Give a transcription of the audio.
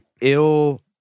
ill